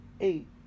eight